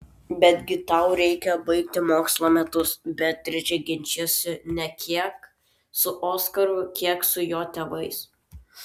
betgi tau reikia baigti mokslo metus beatričė ginčijosi ne tiek su oskaru kiek su jo tėvais